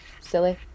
silly